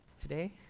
Today